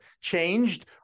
changed